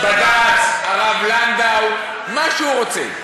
הוא אוכל בד"ץ, הרב לנדא, מה שהוא רוצה,